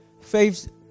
Faith